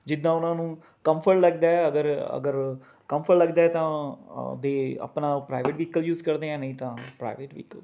ਜਿੱਦਾਂ ਉਹਨਾਂ ਨੂੰ ਕਮਫਰਟ ਲੱਗਦਾ ਹੈ ਅਗਰ ਅਗਰ ਕਮਫਰਟ ਲੱਗਦਾ ਹੈ ਤਾਂ ਦੇ ਆਪਣਾ ਪ੍ਰਾਈਵੇਟ ਵਹੀਕਲ ਯੂਸ ਕਰਦੇ ਹੈ ਨਹੀਂ ਤਾਂ ਪ੍ਰਾਈਵੇਟ ਵਹੀਕਲ